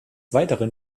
weiteren